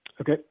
Okay